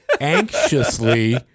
anxiously